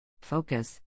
Focus